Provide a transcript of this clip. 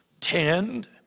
tend